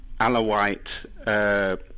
Alawite